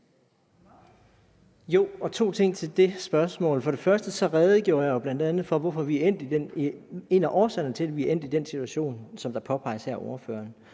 Jo, og to ting til det spørgsmål: For det første redegjorde jeg jo bl.a. for en af årsagerne til, at vi er endt i den situation, som påpeges her af ordføreren.